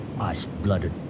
ice-blooded